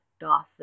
doth